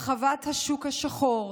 הרחבת השוק השחור,